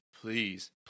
please